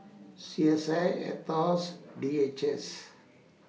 C S I Aetos D H S